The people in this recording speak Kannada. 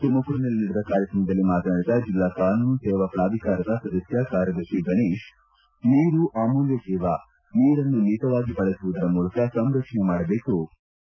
ತುಮಕೂರಿನಲ್ಲಿ ನಡೆದ ಕಾರ್ಯಕ್ರಮದಲ್ಲಿ ಮಾತನಾಡಿದ ಜಿಲ್ಲಾ ಕಾನೂನು ಸೇವಾ ಪ್ರಾಧಿಕಾರದ ಸದಸ್ಕ ಕಾರ್ಯದರ್ಶಿ ಗಣೇಶ್ ನೀರು ಅಮೂಲ್ಕ ಜೀವ ಜಲ ನೀರನ್ನು ಮಿತವಾಗಿ ಬಳಸುವುದರ ಮೂಲಕ ಸಂರಕ್ಷಣೆ ಮಾಡಬೇಕು ಎಂದು ಹೇಳಿದರು